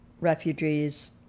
refugees